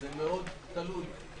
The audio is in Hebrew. זה מאוד תלוי.